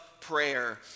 prayer